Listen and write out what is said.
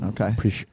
Okay